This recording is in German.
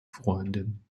freundin